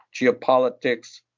geopolitics